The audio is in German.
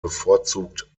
bevorzugt